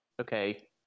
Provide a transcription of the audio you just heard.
okay